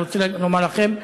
אני רוצה לומר לכם,